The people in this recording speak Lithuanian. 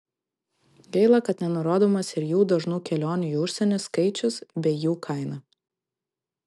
gaila kad nenurodomas ir jų dažnų kelionių į užsienį skaičius bei jų kaina